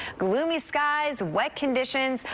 gloomy skies, wet conditions.